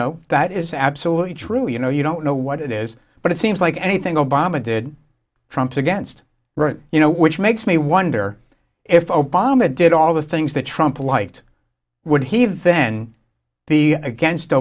know that is absolutely true you know you don't know what it is but it seems like anything obama did trumps against right you know which makes me wonder if obama did all the things that trump liked would he then be against